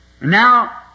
Now